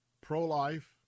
pro-life